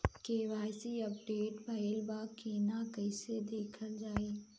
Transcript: KYC update भइल बा कि ना कइसे देखल जाइ?